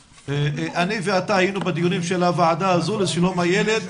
אני ואתה היינו בדיונים של הוועדה הזו לשלום הילד.